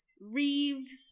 Reeves